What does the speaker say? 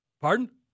pardon